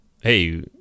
hey